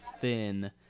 thin